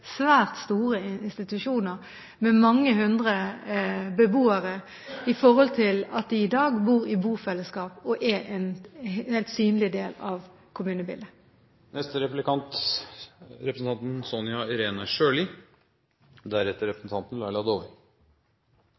svært store institusjoner med mange hundre beboere, i forhold til at de i dag bor i bofellesskap og er en helt synlig del av